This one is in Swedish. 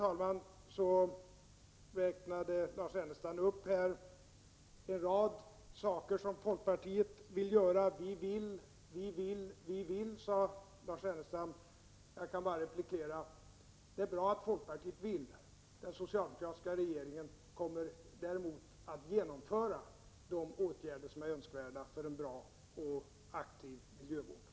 Vidare räknade Lars Ernestam upp en rad saker som folkpartiet vill göra. Han sade: Vi vill göra det och det och det. Jag kan bara replikera: Det är bra att folkpartiet vill, men den socialdemokratiska regeringen kommer att genomföra de åtgärder som är önskvärda för en bra och aktiv miljövård.